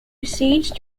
besieged